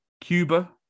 Cuba